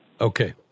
Okay